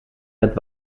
met